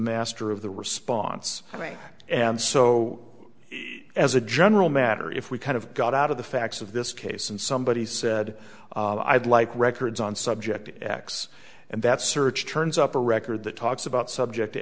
master of the response right and so as a general matter if we kind of got out of the facts of this case and somebody said i'd like records on subject x and that search turns up a record that talks about subject